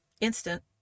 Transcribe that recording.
instant